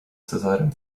cezarym